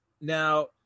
Now